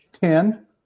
Ten